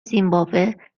زیمباوه